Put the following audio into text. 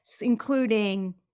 including